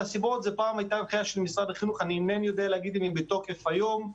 פעם הייתה הנחיה של משרד החינוך ואני לא יודע אם היא בתוקף היום,